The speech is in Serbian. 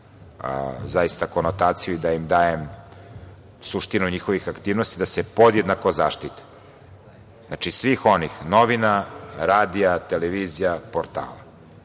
dajem konotaciju i da im dajem suštinu njihovih aktivnosti, da se podjednako zaštite, znači, svih onih novina, radija, televizija, portala. Ja